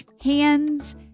hands